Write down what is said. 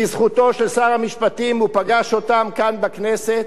לזכותו של שר המשפטים, הוא פגש אותם כאן בכנסת,